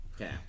Okay